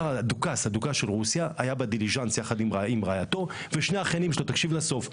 הדוכס של רוסיה היה יחד עם רעייתו ושני האחיינים שלו בדליז'אנס.